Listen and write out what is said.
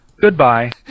Goodbye